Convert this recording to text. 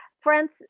France